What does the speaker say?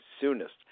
soonest